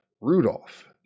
Rudolph